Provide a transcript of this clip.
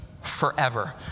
forever